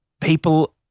people